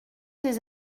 des